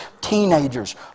teenagers